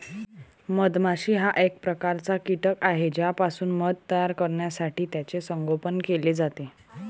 मधमाशी हा एक प्रकारचा कीटक आहे ज्यापासून मध तयार करण्यासाठी त्याचे संगोपन केले जाते